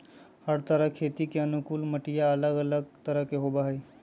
हर तरह खेती के अनुकूल मटिया अलग अलग तरह के होबा हई